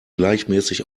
gleichmäßig